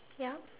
yup